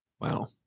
Wow